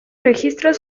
registros